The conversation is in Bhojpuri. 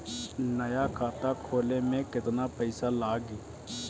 नया खाता खोले मे केतना पईसा लागि?